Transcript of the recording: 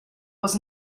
was